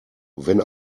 wenn